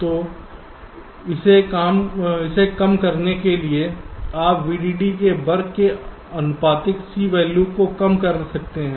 तो इसे कम करने के लिए आप VDD के वर्ग के आनुपातिक C वैल्यू को कम कर सकते हैं